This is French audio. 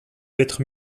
être